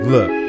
Look